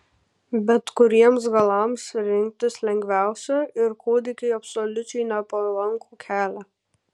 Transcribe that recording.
bet kuriems galams rinktis lengviausia ir kūdikiui absoliučiai nepalankų kelią